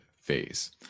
phase